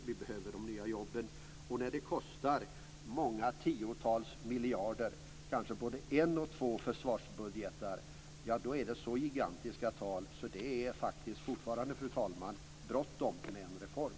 Det behövs nya jobb. När arbetslösheten kostar många tiotals miljarder - kanske både en och två försvarsbudgetar - är det så gigantiska tal att det är bråttom med en reform.